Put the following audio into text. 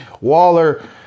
Waller